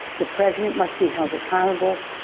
the president must be held accountable.